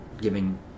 giving